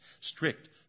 strict